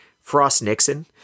Frost-Nixon